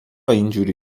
اینجوری